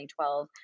2012